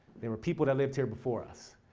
there were people that lived here before us,